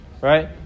Right